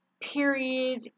period